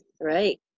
Right